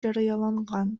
жарыяланган